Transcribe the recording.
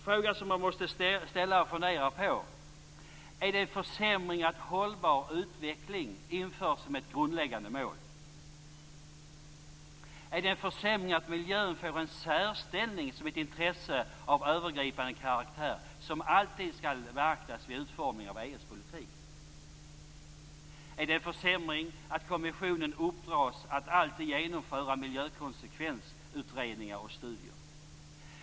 Frågorna som man måste ställa och fundera på är: Är det en försämring att hållbar utveckling införs som ett grundläggande mål? Är det en försämring att miljön får en särställning som ett intresse av övergripande karaktär som alltid skall beaktas vid utformningen av EU:s politik? Är det en försämring att kommissionen uppdras att alltid genomföra utredningar och studier om miljökonsekvenser?